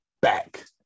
back